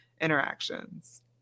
interactions